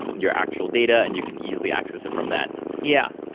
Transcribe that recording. your actual data and you can easily access it from that. yeah.